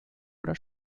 oder